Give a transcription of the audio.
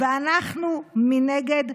ואנחנו מנגד,